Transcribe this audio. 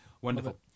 wonderful